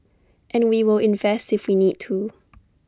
and we will invest if we need to